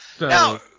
Now